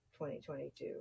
2022